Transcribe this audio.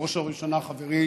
ובראש וראשונה חברי